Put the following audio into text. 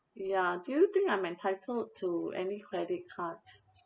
ya do you think I'm entitled to any credit card